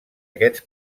aquests